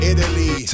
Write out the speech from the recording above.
Italy